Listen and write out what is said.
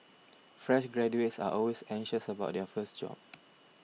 fresh graduates are always anxious about their first job